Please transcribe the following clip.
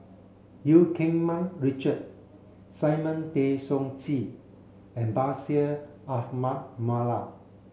Eu Keng Mun Richard Simon Tay Seong Chee and Bashir Ahmad Mallal